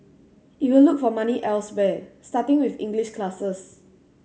it will look for money elsewhere starting with English classes